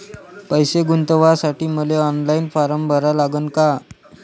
पैसे गुंतवासाठी मले ऑनलाईन फारम भरा लागन का?